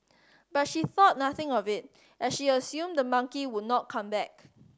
but she thought nothing of it as she assumed the monkey would not come back